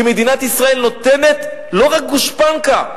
כי מדינת ישראל נותנת לא רק גושפנקה,